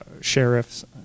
sheriffs